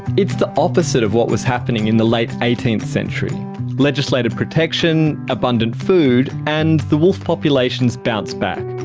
it's the opposite of what was happening in the late eighteenth century legislative protection, abundant food, and the wolf populations bounce back.